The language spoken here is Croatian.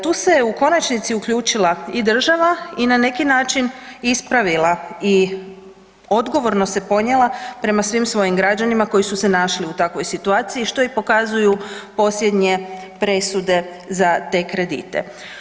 Tu se u konačnici uključila i država i na neki način ispravila i odgovorno se ponijela prema svim svojim građanima koji su se našli u takvoj situaciji, što i pokazuju posljednje presude za te kredite.